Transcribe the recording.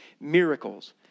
miracles